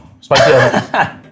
Spicy